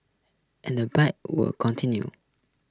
and the bike wars continue